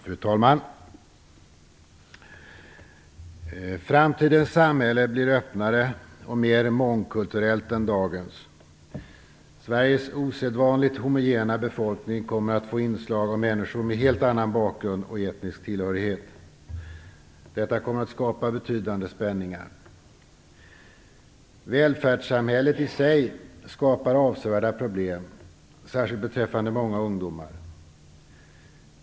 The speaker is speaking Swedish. Fru talman! Framtidens samhälle blir öppnare och mer mångkulturellt än dagens. Sveriges osedvanligt homogena befolkning kommer att få inslag av människor med helt annan bakgrund och etnisk tillhörighet. Detta kommer att skapa betydande spänningar. Välfärdssamhället i sig skapar avsevärda problem, särskilt beträffande många ungdomar.